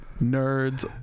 nerds